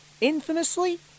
infamously